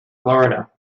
florida